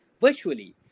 virtually